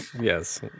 yes